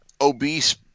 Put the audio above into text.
obese